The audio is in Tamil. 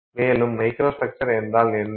மேலும் மைக்ரோஸ்ட்ரக்சர் என்றால் என்ன